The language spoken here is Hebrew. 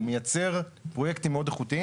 הוא מייצר פרויקטים מאוד איכותיים.